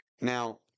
Now